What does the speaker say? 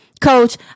Coach